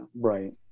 Right